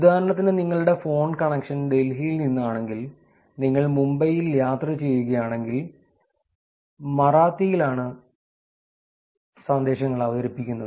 ഉദാഹരണത്തിന് നിങ്ങളുടെ phone connection ഡൽഹിയിൽ നിന്നാണെങ്കിൽ നിങ്ങൾ മുംബൈയിൽ യാത്ര ചെയ്യുകയാണെങ്കിൽ മറാത്തിയിലാണ് സന്ദേശങ്ങൾ അവതരിപ്പിക്കുന്നത്